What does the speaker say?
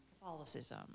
Catholicism